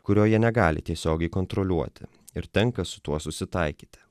kurio jie negali tiesiogiai kontroliuoti ir tenka su tuo susitaikyti